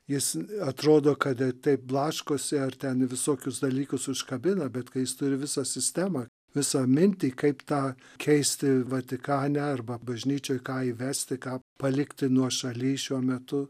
jis atrodo kad taip blaškosi ar ten visokius dalykus užkabina bet kai jis turi visą sistemą visą mintį kaip tą keisti vatikane arba bažnyčioj ką įvesti ką palikti nuošaly šiuo metu